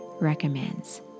recommends